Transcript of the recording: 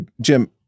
Jim